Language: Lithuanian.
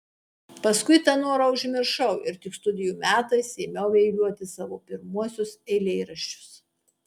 paskui tą norą užmiršau ir tik studijų metais ėmiau eiliuoti savo pirmuosius eilėraščius